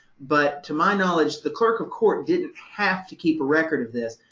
but to my knowledge, the clerk of court didn't have to keep a record of this.